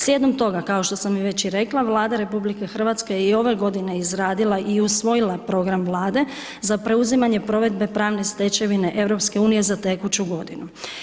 Slijedom toga, kao što sam već i rekla Vlada RH je i ove godine izradila i usvojila program Vlade za preuzimanje provedbe pravne stečevine EU za tekuću godinu.